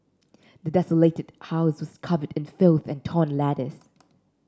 the desolated house was covered in filth and torn letters